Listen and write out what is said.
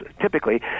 Typically